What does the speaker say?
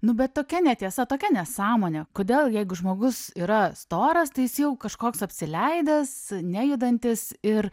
nu bet tokia netiesa tokia nesąmonė kodėl jeigu žmogus yra storas tai jis jau kažkoks apsileidęs nejudantis ir